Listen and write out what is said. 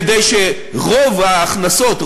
כדי שרוב ההכנסות,